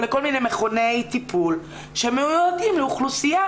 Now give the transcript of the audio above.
או לכל מיני מכוני טיפול שמיועדים לאוכלוסייה